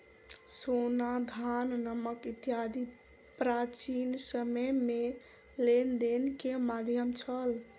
सोना, धान, नमक इत्यादि प्राचीन समय में लेन देन के माध्यम छल